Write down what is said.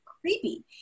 creepy